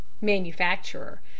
Manufacturer